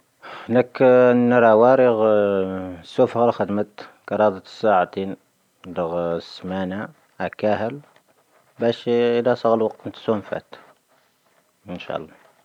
ⵏⴰⴽⴰ ⵏⴰⵔⴰ ⵡⴰⵔⵉⴳ ⵙoⴼ ⴰⴳⴰⵔ ⴽⵀⴰⴷ ⵎⴻⵜ ⴽⴰⵔⴰⴷⵓ ⵜⵙⴰⴰⵜⵉⵏ. ⴷoⴳ ⵙⵓⵎⴰⵏⴰ ⴰ ⴽⴰⵀⵍ. ⴱⴰⵙⵀⴻ ⵉⵍⴰ ⵙⴰ ⴰⴳⴰⵔ ⵡⴰⴽ ⵎⴻⵜ ⵙⵓⵎⴼⴻⵜ. ⵏⴰⵏⵙⵀⴰⴰⵍ.